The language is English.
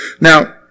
Now